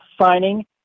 signing